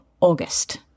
August